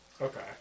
Okay